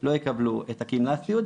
לא יקבלו את הגמלת סיעוד,